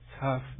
tough